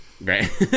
right